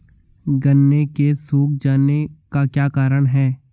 गन्ने के सूख जाने का क्या कारण है?